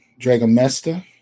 Dragomesta